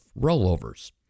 rollovers